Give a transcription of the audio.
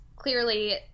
clearly